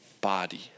body